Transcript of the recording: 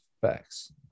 Facts